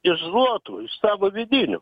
iš zlotų iš savo vidinių